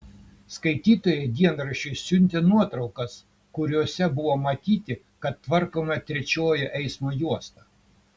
skaitytojai dienraščiui siuntė nuotraukas kuriose buvo matyti kad tvarkoma trečioji eismo juosta